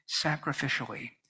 sacrificially